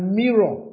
mirror